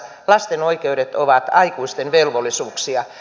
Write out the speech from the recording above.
lasten oikeudet ovat aikuisten velvollisuuksia